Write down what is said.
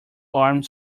armed